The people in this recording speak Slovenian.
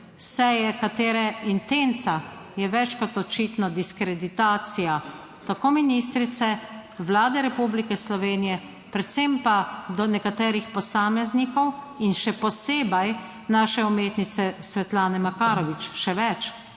Seje katere intenca je več kot očitno diskreditacija tako ministrice Vlade Republike Slovenije, predvsem pa do nekaterih posameznikov in še posebej naše umetnice Svetlane Makarovič. Še več,